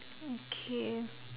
okay